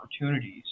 opportunities